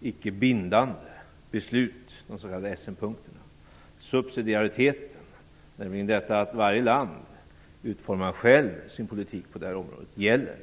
icke bindande beslut. Subsidiariteten, att varje land utformar sin politik på det här området, gäller.